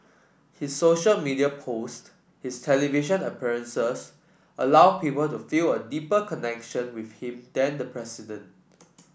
his social media posts his television appearances allow people to feel a deeper connection with him than the president